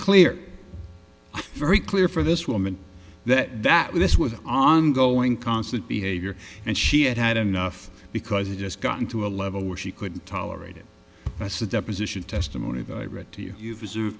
clear very clear for this woman that that this was ongoing constant behavior and she had had enough because it just gotten to a level where she couldn't tolerate it as a deposition testimony that i read to you